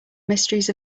mysteries